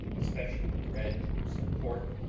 especially bread, some pork,